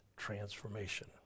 transformation